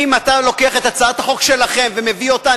אם אתה לוקח את הצעת החוק שלכם ומביא אותה,